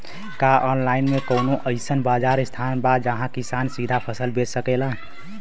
का आनलाइन मे कौनो अइसन बाजार स्थान बा जहाँ किसान सीधा फसल बेच सकेलन?